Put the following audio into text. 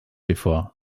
before